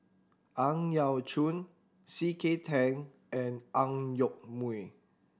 Ang Yau Choon C K Tang and Ang Yoke Mooi